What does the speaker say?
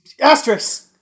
asterisk